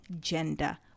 gender